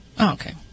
Okay